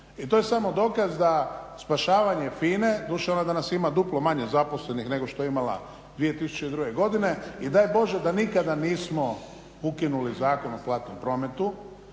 i to je samo dokaz da spašavanje FINA-e, doduše ona danas ima duplo manje zaposlenih nego što je imala 2002. godine i daj Bože da nikada nismo ukinuli Zakon o platnom prometu